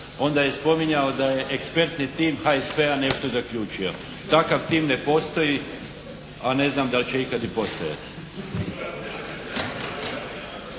onda je spominjao da je ekspertni tim HSP-a nešto zaključio. Takav tim ne postoji, a ne znam dal' će ikad i postojati.